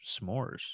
s'mores